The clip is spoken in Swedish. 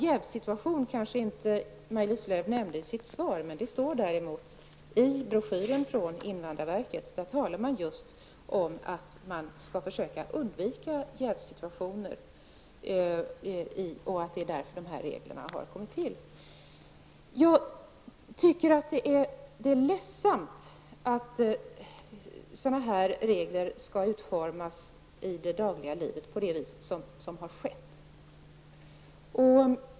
Jävssituationen kanske Maj-Lis Lööw inte nämnde i sitt svar, men det står däremot i invandrarverkets broschyr att man skall försöka undvika jävssituationer och att dessa regler därför har kommit till. Det är ledsamt att sådana här regler skall utformas i det dagliga livet på det sätt som har skett.